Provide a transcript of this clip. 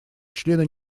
члены